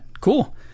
cool